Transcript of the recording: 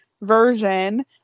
version